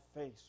face